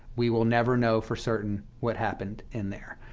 we will never know for certain what happened in there.